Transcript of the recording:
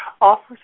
offers